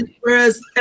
Whereas